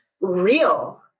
real